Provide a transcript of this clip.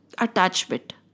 Attachment